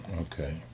Okay